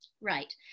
Right